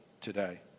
today